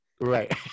Right